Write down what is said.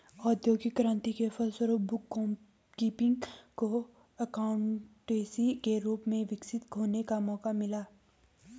औद्योगिक क्रांति के फलस्वरूप बुक कीपिंग को एकाउंटेंसी के रूप में विकसित होने का मौका मिला